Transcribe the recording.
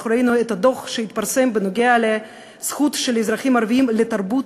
ראינו את הדוח שהתפרסם בנוגע לזכות של אזרחים ערבים לתרבות.